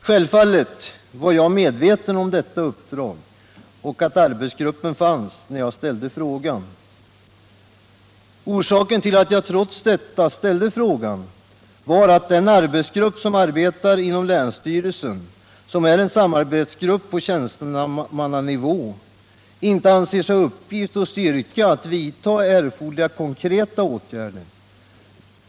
Självfallet var jag när jag ställde frågan medveten om detta uppdrag och om att arbetsgruppen fanns. Orsaken till att jag trots detta ställde frågan var att den arbetsgrupp som arbetar inom länsstyrelsen och som är en samarbetsgrupp på tjänstemannanivå inte anser sig ha uppgift och styrka att vidta erforderliga konkreta åtgärder.